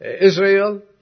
Israel